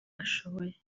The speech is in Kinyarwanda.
ashoboye